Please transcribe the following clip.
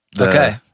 Okay